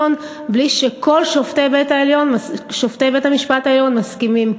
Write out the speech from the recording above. העליון בלי שכל שופטי בית-המשפט העליון מסכימים.